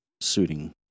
suiting